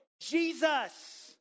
Jesus